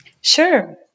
Sure